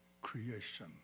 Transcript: creation